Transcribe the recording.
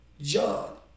John